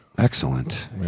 Excellent